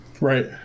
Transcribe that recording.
Right